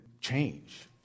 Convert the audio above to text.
change